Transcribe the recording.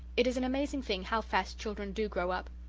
it is an amazing thing how fast children do grow up.